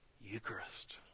Eucharist